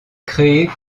créés